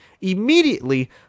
immediately